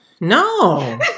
No